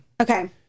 Okay